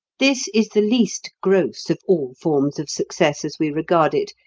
this is the least gross of all forms of success as we regard it,